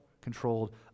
controlled